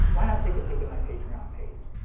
why not take a peek at my patreon page.